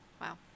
Wow